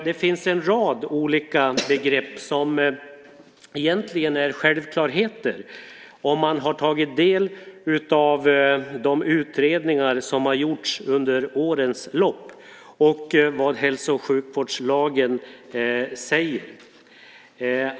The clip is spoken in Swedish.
Det finns en rad olika begrepp som egentligen är självklarheter om man har tagit del av de utredningar som har gjorts under årens lopp och vad hälso och sjukvårdslagen säger.